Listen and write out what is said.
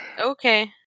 okay